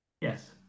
Yes